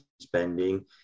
spending